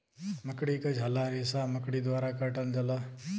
मकड़ी क झाला रेसा मकड़ी द्वारा काटल जाला